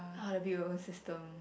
how to build a system